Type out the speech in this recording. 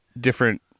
different